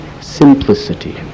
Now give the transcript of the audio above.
Simplicity